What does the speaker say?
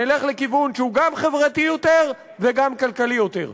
נלך לכיוון שהוא גם חברתי יותר וגם כלכלי יותר.